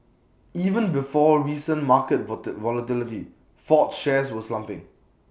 even before recent market vote volatility Ford's shares were slumping